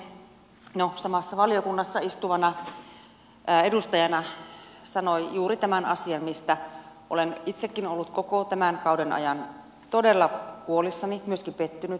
edustaja korhonen samassa valiokunnassa istuvana edustajana sanoi juuri tämän asian mistä olen itsekin ollut koko tämän kauden ajan todella huolissani ja myöskin pettynyt